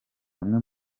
amwe